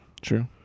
True